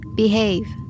behave